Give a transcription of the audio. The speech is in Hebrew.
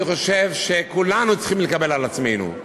אני חושב שכולנו צריכים לקבל על עצמנו,